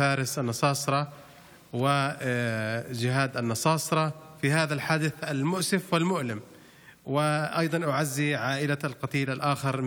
פארס אלנסאסרה וג'יהאד אלנסארה בתאונת המצערת והכואבת הזאת.